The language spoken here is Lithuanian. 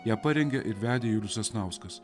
ją parengė ir vedė julius sasnauskas